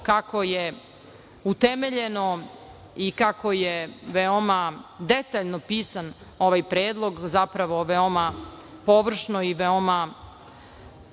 kako je utemeljeno i kako je veoma detaljno pisan ovaj predlog, zapravo veoma površno i ne